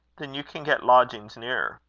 then you can get lodgings nearer.